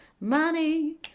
money